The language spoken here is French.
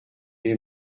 les